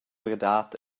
verdad